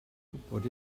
gwybod